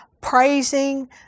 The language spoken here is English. praising